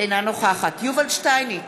אינה נוכחת יובל שטייניץ,